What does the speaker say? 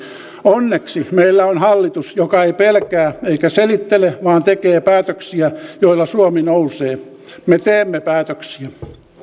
onneksi meillä on hallitus joka ei pelkää eikä selittele vaan tekee päätöksiä joilla suomi nousee me teemme päätöksiä